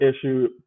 issue